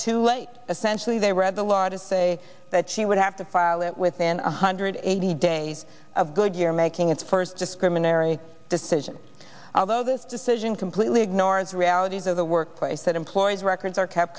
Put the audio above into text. too late essentially they read the law does say that she would have to file it within one hundred eighty days of goodyear making its first discriminatory decision although this decision completely ignores the realities of the workplace that employees records are kept